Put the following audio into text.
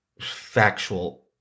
factual